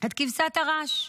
את כבשת הרש,